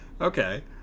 Okay